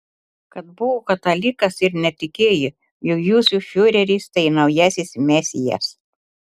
kad buvo katalikas ir netikėjo jog jūsų fiureris tai naujasis mesijas